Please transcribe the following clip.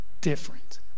different